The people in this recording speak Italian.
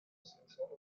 essenziale